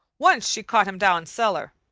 once she caught him down cellar.